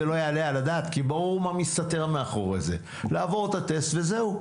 זה לא ייתכן כי ברור מה מסתתר מאחורי זה - לעבור את הטסט וזהו,